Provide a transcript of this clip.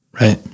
Right